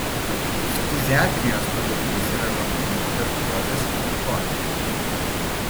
ftiziatrijos padalinys yra romainių tuberkuliozės ligoninėje